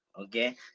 okay